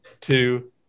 two